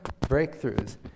breakthroughs